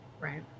Right